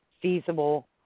feasible